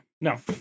no